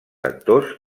actors